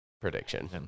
prediction